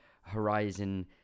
Horizon